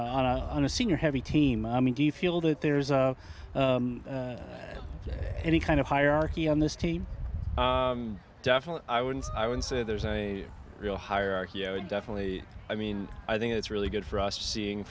junior on a senior heavy team i mean do you feel that there's a any kind of hierarchy on this team definitely i wouldn't i would say there's a real hierarchy i would definitely i mean i think it's really good for us seeing